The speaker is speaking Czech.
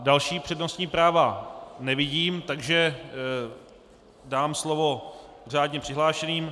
Další přednostní práva nevidím, takže dám slovo řádně přihlášeným.